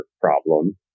problem